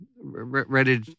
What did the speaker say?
ready